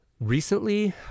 Recently